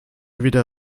wieder